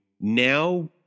now